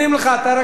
אתה רק צועק.